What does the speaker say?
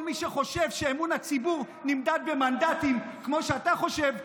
כל מי שחושב שאמון הציבור נמדד במנדטים כמו שאתה חושב,